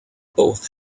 both